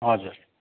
हजुर